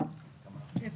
בבקשה.